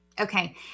Okay